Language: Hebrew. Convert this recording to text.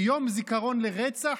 ביום זיכרון לרצח,